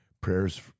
Prayers